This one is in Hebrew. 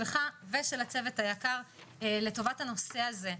שלך ושל הצוות היקר לטובת הנושא הזה,